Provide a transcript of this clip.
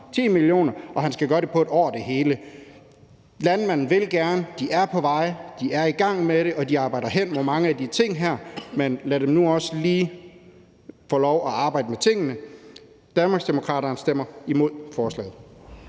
10 mio. kr. – og at han skal gøre det hele på et år. Landmændene vil gerne. De er på vej, de er i gang med det, og de arbejder hen imod mange af de her ting. Men lad dem nu også lige få lov at arbejde med tingene. Danmarksdemokraterne stemmer imod forslaget.